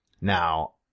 Now